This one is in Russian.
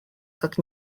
как